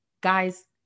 Guys